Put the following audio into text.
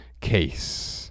case